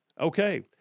okay